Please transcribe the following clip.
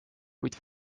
kuid